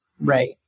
right